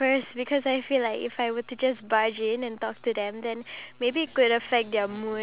I feel like I'm not entirely sure about materialistic things